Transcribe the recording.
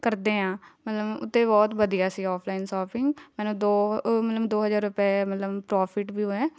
ਕਰਦੇ ਹਾਂ ਮਤਲਬ ਉਹ ਤਾਂ ਬਹੁਤ ਵਧੀਆ ਸੀ ਔਫਲਾਈਨ ਸੋਪਿੰਗ ਮੈਨੂੰ ਦੋ ਮਤਲਬ ਦੋ ਹਜ਼ਾਰ ਰੁਪਏ ਮਤਲਬ ਪ੍ਰੋਫਿਟ ਵੀ ਹੋਇਆ ਹੈ